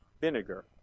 vinegar